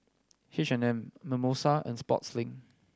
H and M Mimosa and Sportslink